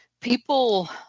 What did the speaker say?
people –